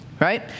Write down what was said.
right